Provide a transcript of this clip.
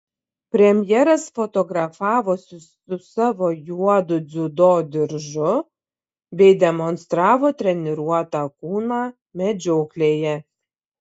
premjeras fotografavosi su savo juodu dziudo diržu bei demonstravo treniruotą kūną medžioklėje